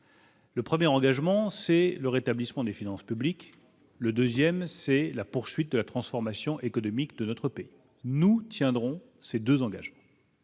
Le 1er engagement c'est le rétablissement des finances publiques, le 2ème, c'est la poursuite de la transformation économique de notre pays, nous tiendrons ces 2 engagements.